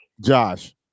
josh